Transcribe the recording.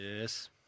Yes